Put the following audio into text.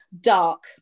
dark